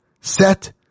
set